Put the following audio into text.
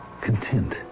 Content